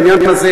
בעניין הזה,